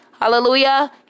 Hallelujah